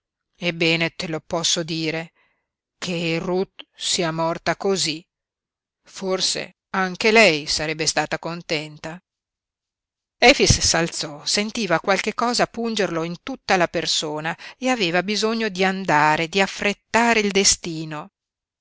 ebbene te lo posso dire che ruth sia morta cosí forse anche lei sarebbe stata contenta efix s'alzò sentiva qualche cosa pungerlo in tutta la persona e aveva bisogno di andare di affrettare il destino